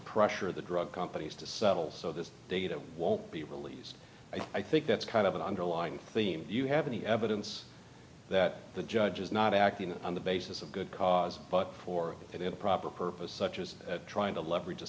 pressure the drug companies to settle so this data won't be released i think that's kind of an underlying theme you have any evidence that the judge is not acting on the basis of good but for it improper purpose such as trying to leverage